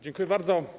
Dziękuję bardzo.